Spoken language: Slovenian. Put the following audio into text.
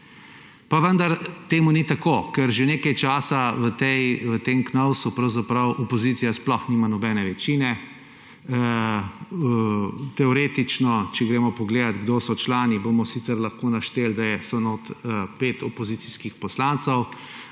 Pa vendar temu ni tako, ker že nekaj časa v tem Knovsu opozicija sploh nima nobene večine, če teoretično pogledamo, kdo so člani, bomo sicer lahko našteli, da je notri 5 opozicijskih poslancev,